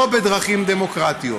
לא בדרכים דמוקרטיות.